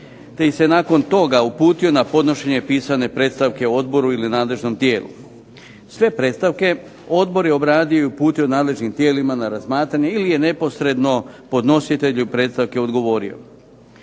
te ih se nakon toga uputilo na podnošenje pisane predstavke odboru ili nadležnom tijelu. Sve predstavke Odbor je obradio i uputio nadležnim tijelima na razmatranje ili je neposredno podnositelju predstavke odgovorio.